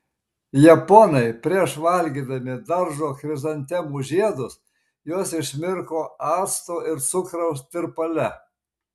japonai prieš valgydami daržo chrizantemų žiedus juos išmirko acto ir cukraus tirpale